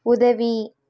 உதவி